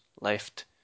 left